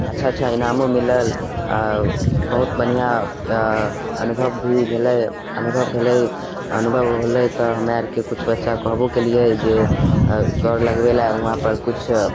अच्छा अच्छा इनामो मिलल आओर बहुत बढ़िआँ अऽ अनुभव भी भेलय अनुभव भेलय अनुभव होलय तऽ हमे आरके किछु अच्छा कहबो कयलियै जे अऽ दौड़ लगबय लए उहाँपर किछु